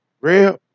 real